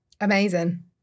Amazing